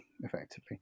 effectively